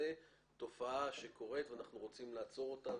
זו תופעה שקורית ואנחנו רוצים אותה.